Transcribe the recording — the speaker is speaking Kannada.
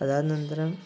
ಅದು ಆದ ನಂತರ